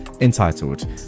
Entitled